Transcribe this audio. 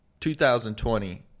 2020